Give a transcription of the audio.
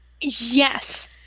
Yes